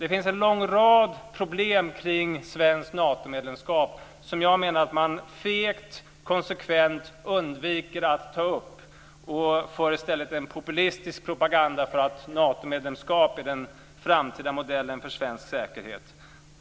Det finns en lång rad problem kring ett svenskt Natomedlemskap som jag menar att man konsekvent och fegt undviker att ta upp. I stället driver man en populistisk propaganda för att Natomedlemskap är den framtida modellen för svensk säkerhet.